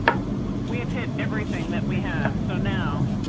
we have hit everything that we have. so now.